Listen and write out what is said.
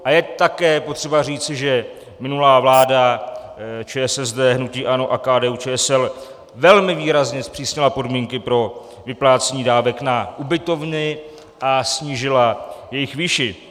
A je také potřeba říci, že minulá vláda ČSSD, hnutí ANO a KDUČSL velmi výrazně zpřísnila podmínky pro vyplácení dávek na ubytovny a snížila jejich výši.